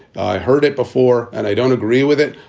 i heard it before and i don't agree with it.